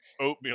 oatmeal